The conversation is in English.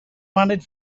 wanted